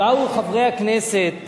באו חברי הכנסת